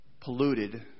polluted